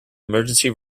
emergency